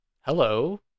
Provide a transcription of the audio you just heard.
hello